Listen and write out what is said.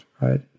right